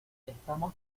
estamos